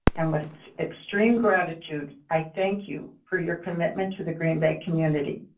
and with extreme gratitude i thank you for your commitment to the green bay community.